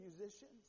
musicians